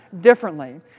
differently